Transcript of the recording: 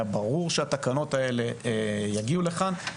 היה ברור שהתקנות האלה יגיעו לכאן.